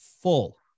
full